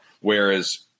whereas